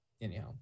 anyhow